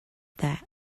that